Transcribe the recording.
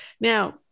Now